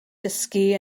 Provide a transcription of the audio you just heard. dysgu